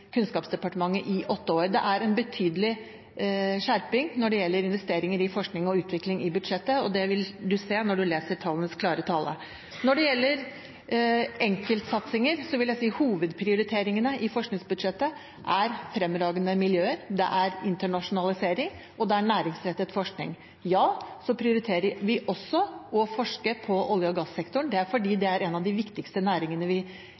Kunnskapsdepartementet. Det er en betydelig skjerping når det gjelder investeringer i forskning og utvikling i budsjettet, og det vil man se av tallenes klare tale. Når det gjelder enkeltsatsinger, vil jeg si at hovedprioriteringene i forskningsbudsjettet er fremragende miljøer, det er internasjonalisering, og det er næringsrettet forskning. Ja, så prioriterer vi også å forske på olje- og gassektoren. Det er fordi det er en av de viktigste næringene vi